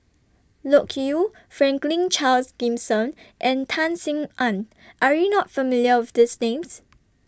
Loke Yew Franklin Charles Gimson and Tan Sin Aun Are YOU not familiar with These Names